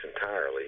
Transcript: entirely